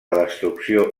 destrucció